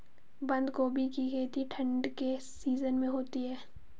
बंद गोभी की खेती ठंड के सीजन में होती है